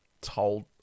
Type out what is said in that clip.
told